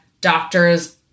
doctors